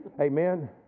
Amen